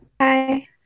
Hi